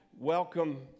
Welcome